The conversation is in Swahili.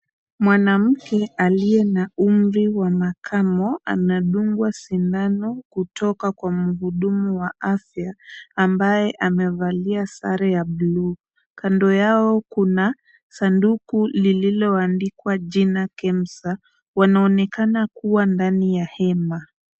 Mwanamke aliye na umri wa makamo anadungwa sindano kutoka kwa mhudumu wa afya ambaye amevalia sare ya bluu, kando yao kuna sanduku lililoandikwa jina Kemsa, wanaonekana kuwa ndani ya hema.